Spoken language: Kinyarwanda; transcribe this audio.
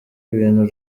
ibintu